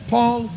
Paul